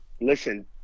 Listen